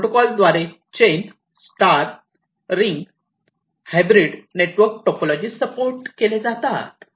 या प्रोटोकॉल द्वारे chain star ring hybrid network topology support केले जातात